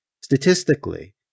statistically